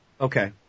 Okay